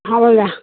হ'ব যা